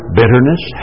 bitterness